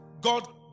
God